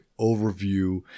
overview